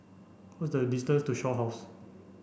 what the distance to Shaw House